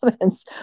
comments